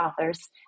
authors